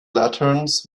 lanterns